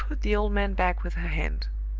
she put the old man back with her hand.